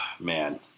man